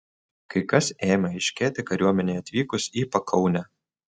kai kas ėmė aiškėti kariuomenei atvykus į pakaunę